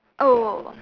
oh